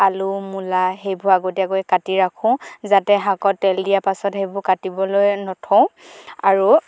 আলু মূলা সেইবোৰ আগতীয়াকৈ কাটি ৰাখোঁ যাতে শাকত তেল দিয়াৰ পাছত সেইবোৰ কাটিবলৈ নথওঁ আৰু